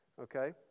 Okay